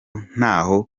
ntaho